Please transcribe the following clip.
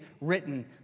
written